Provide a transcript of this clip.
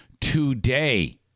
today